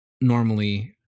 normally